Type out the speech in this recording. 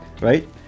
right